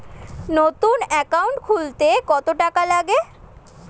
নতুন একাউন্ট খুলতে কত টাকা লাগে?